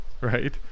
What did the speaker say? right